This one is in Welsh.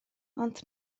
ond